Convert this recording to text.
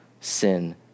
sin